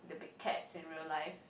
big cats in real life